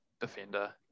defender